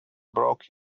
broke